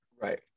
Right